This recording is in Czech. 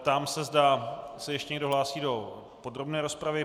Ptám se, zda se ještě někdo hlásí do podrobné rozpravy.